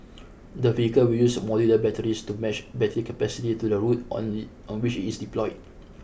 the vehicle will use modular batteries to match battery capacity to the route on the on which it is deployed